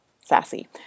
sassy